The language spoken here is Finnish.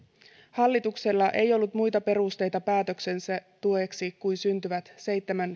hallituksella ei ollut muita perusteita päätöksensä tueksi kuin syntyvät seitsemän